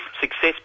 success